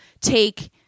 take